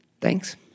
thanks